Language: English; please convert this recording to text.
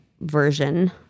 version